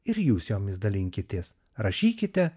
ir jūs jomis dalinkitės rašykite